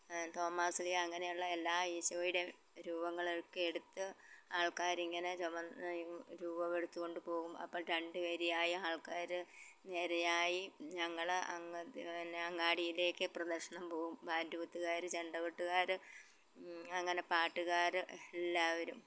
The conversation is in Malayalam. തോമാശ്ലീഹാ അങ്ങനെയുള്ള എല്ലാ ഈശോയുടെ രൂപങ്ങളൊക്കെ എടുത്ത് ആൾക്കാരിങ്ങനെ ചുമന്ന് രൂപമെടുത്ത് കൊണ്ട് പോവും അപ്പം രണ്ട് വരിയായി ആൾക്കാർ നിരയായി ഞങ്ങൾ അങ്ങാടിയിലേക്ക് പ്രദക്ഷിണം പോവും ബാൻഡൂത്ത്കാർ ചെണ്ട കൊട്ടുകാർ അങ്ങനെ പാട്ടുകാർ എല്ലാവരും